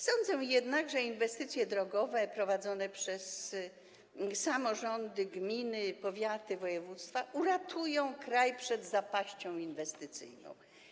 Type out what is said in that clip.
Sądzę jednak, że inwestycje drogowe prowadzone przez samorządy, gminy, powiaty i województwa uratują kraj przed zapaścią inwestycyjną.